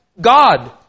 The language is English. God